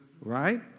right